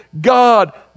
God